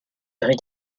rue